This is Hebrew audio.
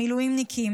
המילואימניקים,